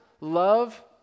love